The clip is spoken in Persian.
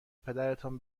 پدرتان